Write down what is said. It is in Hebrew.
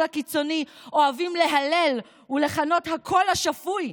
הקיצוני אוהבים להלל ולכנות "הקול השפוי".